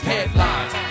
Headlines